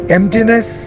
Emptiness